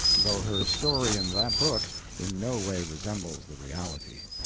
though her story in that book in no way resembles the reality.